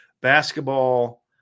Basketball